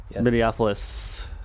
Minneapolis